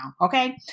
Okay